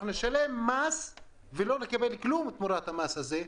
אנחנו נשלם מס ולא נקבל כלום תמורת המס הזה.